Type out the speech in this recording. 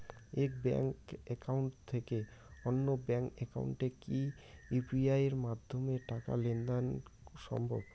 এক bank account থেকে অন্য ব্যাংক একাউন্টে কি ইউ.পি.আই মাধ্যমে টাকার লেনদেন দেন সম্ভব?